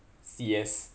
C_S